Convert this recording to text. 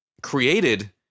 created